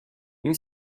این